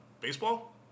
baseball